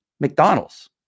McDonald's